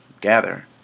gather